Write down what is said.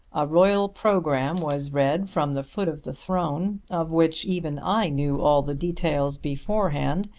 a royal programme was read from the foot of the throne, of which even i knew all the details beforehand,